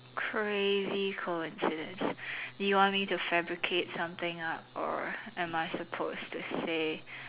crazy coincidence you want me to fabricate something up or am I supposed to say